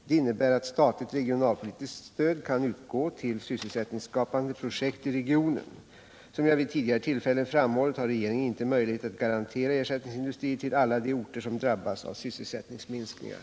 Det innebär att statligt regionalpolitiskt stöd kan utgå till sysselsättningsskapande projekt i regionen. Som jag vid tidigare tillfällen framhållit har regeringen inte möjlighet att garantera ersättningsindustrier till alla de orter som drabbas av sysselsättningsminskningar.